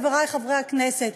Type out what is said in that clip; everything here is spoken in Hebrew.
חברי חברי הכנסת,